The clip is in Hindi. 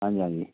हाँ जी